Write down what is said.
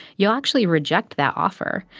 you'll actually reject that offer.